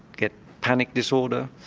get panic disorder,